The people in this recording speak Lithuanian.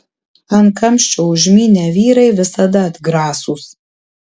ant kamščio užmynę vyrai visada atgrasūs